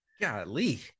Golly